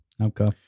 Okay